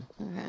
Okay